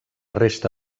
resta